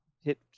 hit